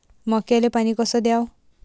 मक्याले पानी कस द्याव?